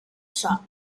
shop